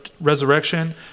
resurrection